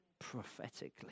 prophetically